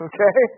Okay